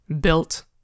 built